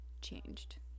changed